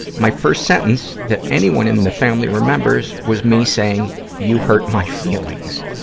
my first sentence that anyone in the family remembers was me saying, you hurt my feelings.